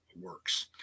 works